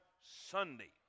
Sunday